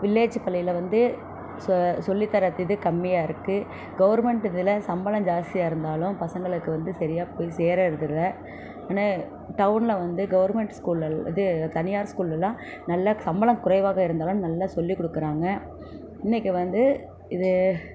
village பள்ளியில் வந்து சொ சொல்லித்தர இது வந்து கம்மியாக இருக்குது கவர்ன்மெண்ட் இதில் சம்பளம் ஜாஸ்தியாக இருந்தாலும் பசங்களுக்கு வந்து சரியாக போய் சேர்வது இல்லை ஆனால் டவுனில் வந்து கவர்ன்மெண்ட் ஸ்கூல் அது தனியார் ஸ்கூல்லெலாம் நல்ல சம்பளம் குறைவாக இருந்தாலும் நல்லா சொல்லிக் கொடுக்குறாங்க இன்னிக்கு வந்து இது